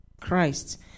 Christ